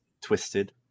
twisted